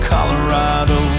Colorado